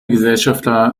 gesellschafter